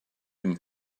him